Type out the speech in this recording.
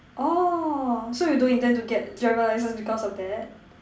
orh so you don't intend to get driver license because of that